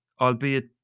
albeit